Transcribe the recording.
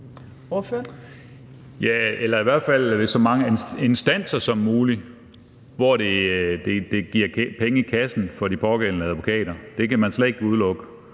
Ja, eller i hvert fald ved så mange instanser som muligt, hvor det giver penge i kassen for de pågældende advokater. Det kan man slet ikke udelukke.